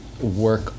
work